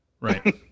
Right